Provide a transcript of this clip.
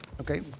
Okay